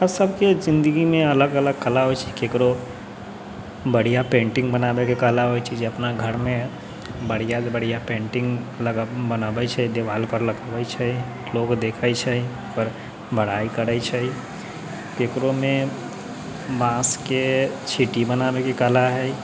आओर सभके जिन्दगीमे अलग अलग कला होइ छै ककरो बढ़िआँ पेंटिंग बनाबैके कला होइ छै जे अपना घरमे बढ़िआँ बढ़िआँ पेंटिंग लग बनाबै छै दीवालपर लगबै छै लोग देखै छै बड़ बड़ाइ करै छै ककरोमे बाँस के छिटी बनाबैके कला हय